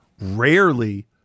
rarely